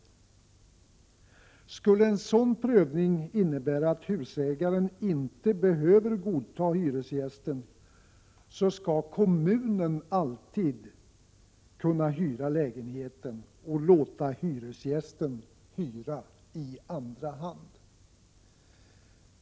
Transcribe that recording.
Skulle en sådan prövning innebära att husägaren inte behöver godta hyresgästen, skall kommunen alltid kunna hyra lägenheten och låta hyresgästen hyra i andra hand.